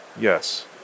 Yes